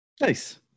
Nice